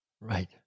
Right